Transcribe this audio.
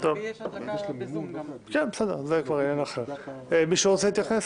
מישהו רוצה להתייחס?